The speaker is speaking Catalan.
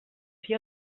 ací